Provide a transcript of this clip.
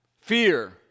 fear